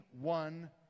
one